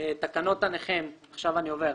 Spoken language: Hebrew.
אני עובר.